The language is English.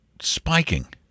spiking